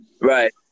Right